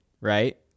right